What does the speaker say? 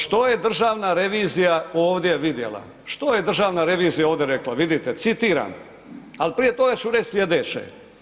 Što je državna revizija ovdje vidjela, što je državna revizija ovdje rekla, vidite, citiram ali prije toga ću reći sljedeće.